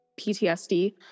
PTSD